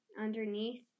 underneath